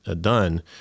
done